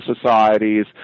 societies